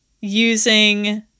using